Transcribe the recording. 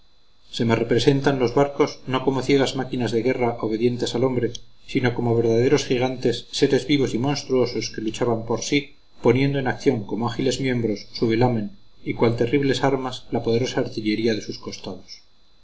se me representan los barcos no como ciegas máquinas de guerra obedientes al hombre sino como verdaderos gigantes seres vivos y monstruosos que luchaban por sí poniendo en acción como ágiles miembros su velamen y cual terribles armas la poderosa artillería de sus costados